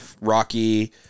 Rocky